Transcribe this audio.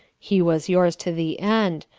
he was yours to the end,